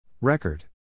Record